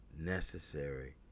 necessary